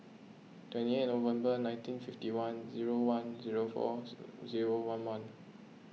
twenty eight November nineteen fifty one zero one zero four zero one month